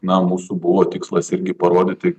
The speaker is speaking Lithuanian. na mūsų buvo tikslas irgi parodyti